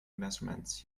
measurements